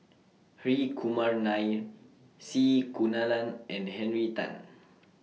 Hri Kumar Nair C Kunalan and Henry Tan